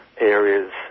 areas